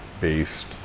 based